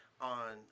on